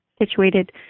situated